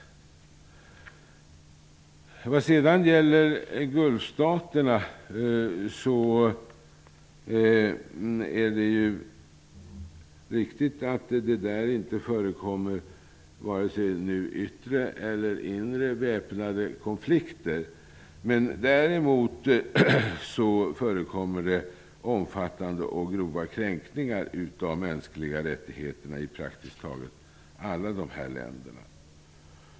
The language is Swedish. Vad sedan gäller Gulfstaterna är det ju riktigt att det där nu inte förekommer vare sig yttre eller inre väpnade konflikter. Däremot förekommer det omfattande och grova kränkningar av mänskliga rättigheter i praktiskt taget alla de länderna.